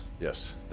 yes